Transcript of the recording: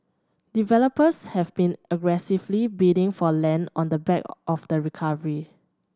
developers have been aggressively bidding for land on the back of the recovery